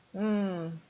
mm